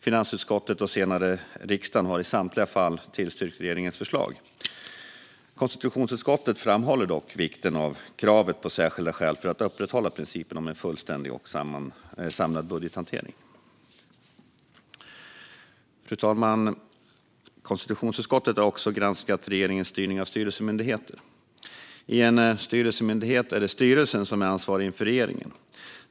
Finansutskottet och senare riksdagen har i samtliga fall tillstyrkt regeringens förslag. Konstitutionsutskottet framhåller dock vikten av kravet på särskilda skäl för att upprätthålla principen om en fullständig och samlad budgethantering. Fru talman! Konstitutionsutskottet har också granskat regeringens styrning av styrelsemyndigheter. I en styrelsemyndighet är det styrelsen som är ansvarig inför regeringen.